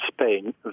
Spain